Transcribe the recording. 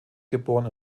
geboren